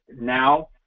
Now